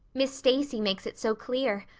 miss stacy makes it so clear.